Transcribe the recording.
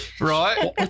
right